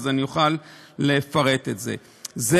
אני אוכל לפרט את זה.